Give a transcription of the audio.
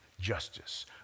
justice